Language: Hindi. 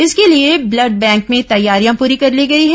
इसके लिए ब्लड बैंक में तैयारियां पूरी कर ली गई हैं